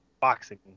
boxing